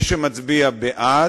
לא,